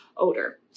odor